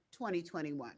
2021